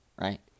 right